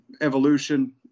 evolution